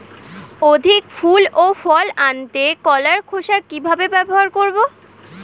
অধিক ফুল ও ফল আনতে কলার খোসা কিভাবে ব্যবহার করব?